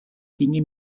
dinge